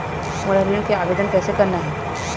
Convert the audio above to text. मोला ऋण के आवेदन कैसे करना हे?